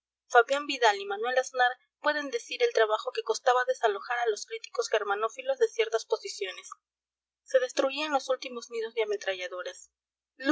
fabián vidal y manuel aznar pueden decir el trabajo que costaba desalojar a los críticos germanófilos de ciertas posiciones se destruían los últimos nidos de ametralladoras